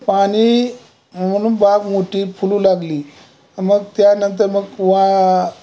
पाणी म्हणून बाग मोठी फुलू लागली मग त्यानंतर मग वा